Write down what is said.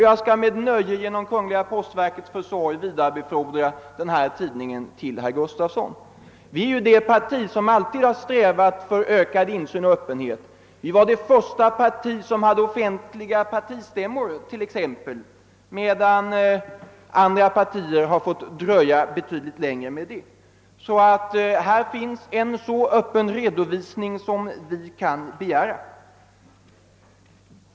Jag skall med nöje genom kungliga postverkets försorg vidarebefordra tidningen till herr Gustavsson. Vårt parti har alltid strävat efter ökad insyn och öppenhet och var exempelvis det första parti som hade offentliga partistämmor, medan andra partier dröjt betydligt längre med detta. Vi lämnar alltså en så öppen redovisning som någon kan begära.